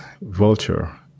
vulture